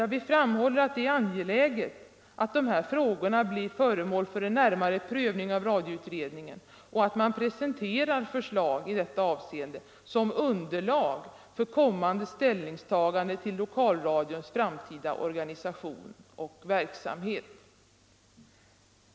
Ja, vi framhåller att det är angeläget att dessa frågor blir föremål för en närmare prövning av radioutredningen och att man presenterar förslag i detta avseende som underlag för kommande ställningstaganden till lokalradions framtida organisation och verksamhet.